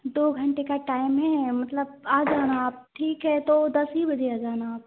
दो घंटे का टाइम है मतलब आ जाना आप ठीक है तो दस ही बजे आ जाना आप